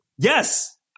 Yes